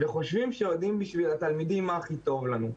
וחושבים שיודעים בשביל התלמידים מה הכי טוב לנו.